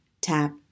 tap